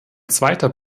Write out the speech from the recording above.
zweiter